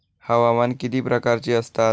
हवामान किती प्रकारचे असतात?